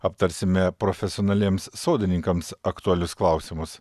aptarsime profesionaliems sodininkams aktualius klausimus